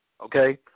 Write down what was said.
okay